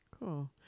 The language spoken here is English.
Cool